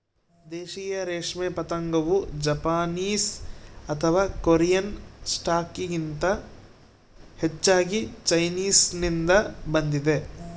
ದೇಶೀಯ ರೇಷ್ಮೆ ಪತಂಗವು ಜಪಾನೀಸ್ ಅಥವಾ ಕೊರಿಯನ್ ಸ್ಟಾಕ್ಗಿಂತ ಹೆಚ್ಚಾಗಿ ಚೈನೀಸ್ನಿಂದ ಬಂದಿದೆ